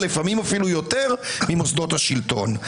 ולפעמים אף יותר ממוסדות השלטון.